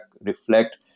reflect